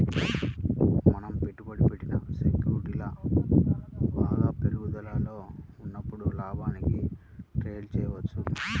మనం పెట్టుబడి పెట్టిన సెక్యూరిటీలు బాగా పెరుగుదలలో ఉన్నప్పుడు లాభానికి ట్రేడ్ చేయవచ్చు